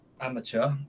amateur